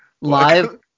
Live